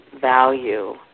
value